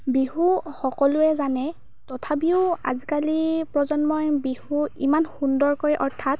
বিহু সকলোৱে জানে তথাপিও আজিকালি প্ৰজন্মই বিহু ইমান সুন্দৰকৈ অৰ্থাৎ